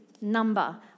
number